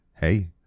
hey